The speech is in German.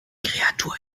kreatur